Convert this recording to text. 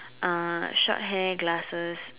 uh short hair glasses